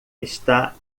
está